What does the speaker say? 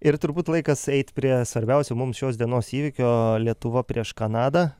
ir turbūt laikas eit prie svarbiausio mums šios dienos įvykio lietuva prieš kanadą